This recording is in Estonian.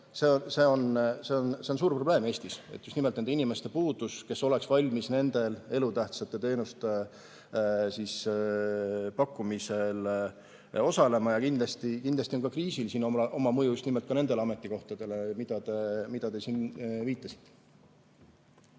See on suur probleem Eestis. Just nimelt nende inimeste puudus, kes oleksid valmis nende elutähtsate teenuste pakkumisel osalema, ja kindlasti on ka kriisil siin oma mõju just nimelt nendele ametikohtadele, millele te siin viitasite.